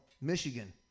michigan